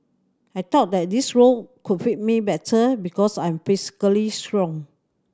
I thought that this role could fit me better because I'm physically strong